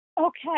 Okay